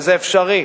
וזה אפשרי.